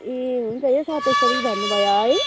ए हुन्छ यो सत्ताइस तारिख भन्नुभयो है